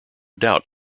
doubt